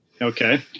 Okay